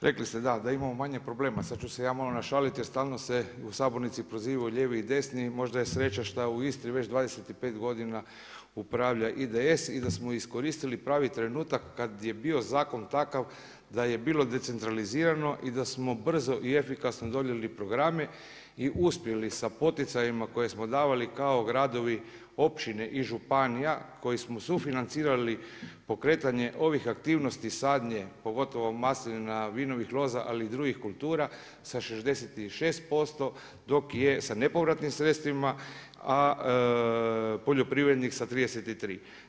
Rekli ste, da, da imamo manje problema, sad ću se ja malo našaliti jer stalno se u sabornici prozivaju lijevi i desni, možda je sreća šta u Istri već 25 godina upravlja IDS i da smo iskoristili pravi trenutak kad je bio zakon takav da je bilo decentralizirano i da smo brzo i efikasno donijeli programe i uspjeli sa poticajima koje smo davali kao gradovi, općine i županija koje smo sufinancirali pokretanje ovih aktivnosti sadnje pogotovo maslina, vinovih loza ali i drugih kultura, sa 66% dok je sa nepovratnim sredstvima poljoprivrednik sa 33.